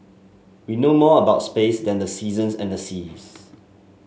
we know more about space than the seasons and the seas